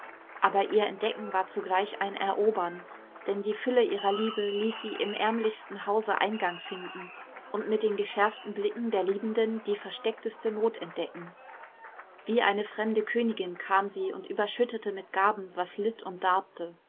aber ihr entdecken war zugleich ein erobern denn die fülle ihrer liebe ließ sie im ärmlichsten hause eingang finden und mit den geschärften blicken der liebenden die versteckteste not entdecken wie eine fremde königin kam sie und überschüttete mit gaben was litt und darbte